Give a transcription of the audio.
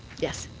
yes.